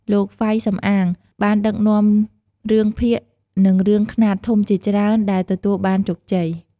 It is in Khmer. លោក ហ្វៃ សំអាង បានដឹកនាំរឿងភាគ និងរឿងខ្នាតធំជាច្រើនដែលទទួលបានជោគជ័យ។